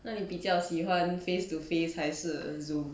那你比较喜欢 face to face 还是 zoom